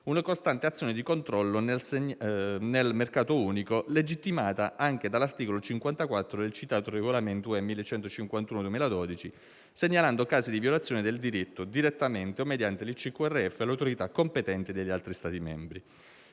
una costante azione di controllo nel mercato unico, legittimata anche dall'articolo 54 del citato regolamento UE n. 1151/2012, segnalando casi di violazione del diritto, direttamente o mediante l'ICQRF, alle autorità competenti degli altri Stati membri.